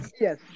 Yes